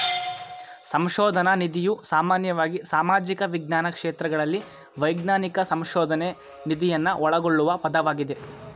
ಸಂಶೋಧನ ನಿಧಿಯು ಸಾಮಾನ್ಯವಾಗಿ ಸಾಮಾಜಿಕ ವಿಜ್ಞಾನ ಕ್ಷೇತ್ರಗಳಲ್ಲಿ ವೈಜ್ಞಾನಿಕ ಸಂಶೋಧನ್ಗೆ ನಿಧಿಯನ್ನ ಒಳಗೊಳ್ಳುವ ಪದವಾಗಿದೆ